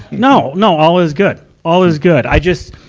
no. no. all is good. all is good. i just,